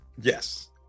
yes